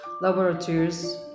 laboratories